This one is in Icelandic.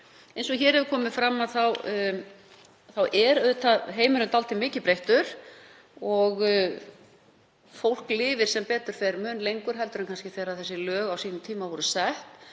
Eins og hér hefur komið fram er heimurinn dálítið mikið breyttur og fólk lifir sem betur fer mun lengur en kannski þegar þessi lög voru sett